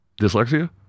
dyslexia